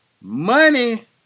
Money